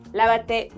lávate